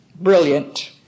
brilliant